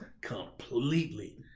completely